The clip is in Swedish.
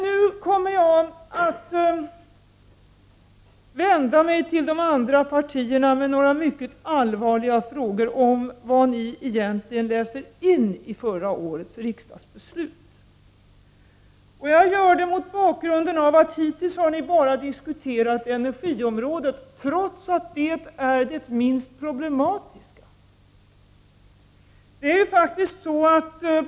Nu kommer jag att vända mig till de andra partierna med några mycket allvarliga frågor om vad ni egentligen läser in i förra årets riksdagsbeslut. Jag gör det mot bakgrund av att ni hittills bara har diskuterat energiområdet, trots att det är det minst problematiska.